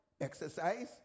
Exercise